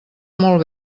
molt